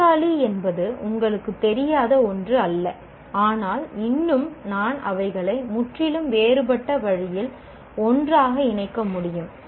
நாற்காலி என்பது எங்களுக்குத் தெரியாத ஒன்று அல்ல ஆனால் இன்னும் நான் அவைகளை முற்றிலும் வேறுபட்ட வழியில் ஒன்றாக இணைக்க முடியும்